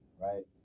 right